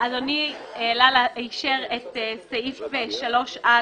אדוני אישר את סעיף 3(א)